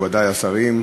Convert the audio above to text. מכובדי השרים,